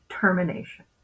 termination